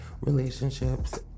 relationships